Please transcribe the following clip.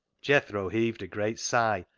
jethro heaved a great sigh,